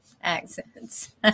accents